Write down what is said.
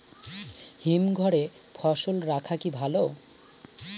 হিমঘরে ফসল রাখা কি ভালো?